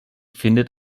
findet